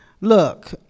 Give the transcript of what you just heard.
look